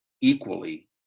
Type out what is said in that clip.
equally